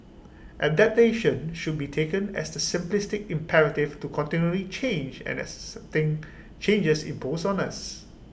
adaptation should be taken as the simplistic imperative to continually change and accepting changes imposed on us